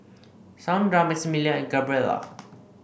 Saundra Maximillian and Gabriela